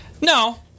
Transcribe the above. No